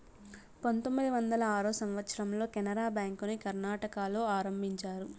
పంతొమ్మిది వందల ఆరో సంవచ్చరంలో కెనరా బ్యాంకుని కర్ణాటకలో ఆరంభించారు